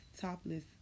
topless